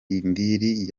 indiri